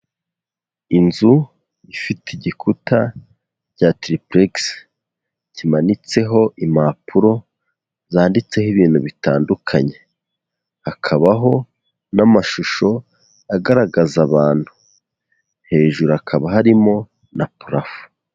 Inzu ifite igikuta cya tiripurekisi kimanitseho impapuro zanditseho ibintu bitandukanye, hakabaho n'amashusho agaragaza abantu, hejuru hakaba harimo na parafo.